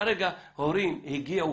כרגע הורים הגיעו,